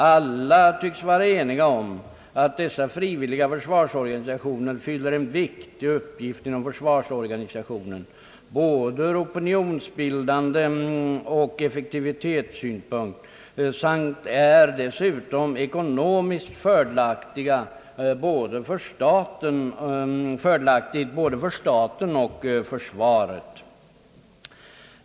Alla tycks vara eniga om att dessa frivilliga försvarsorganisationer fyller en viktig uppgift inom försvarsorganisationen, både ur opinionsbildande synpunkt och ur effektivitetssynpunkt. Dessa organisationer är dessutom ekonomiskt fördelaktiga för både staten och försvaret.